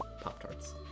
pop-tarts